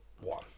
one